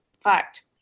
Fact